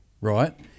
right